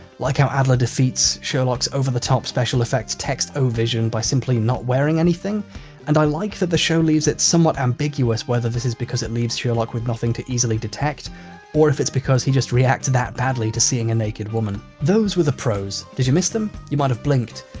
like how adler defeats sherlock's over the top special effects text-o-vision by simply not wearing anything and i like that the show leaves it somewhat ambiguous whether this is because it leaves sherlock with nothing to easily detect or if it's because he just reacted that badly to seeing a naked woman. those were the pros. did you miss them? you might have blinked.